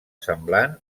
semblant